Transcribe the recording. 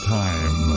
time